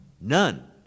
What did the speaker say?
none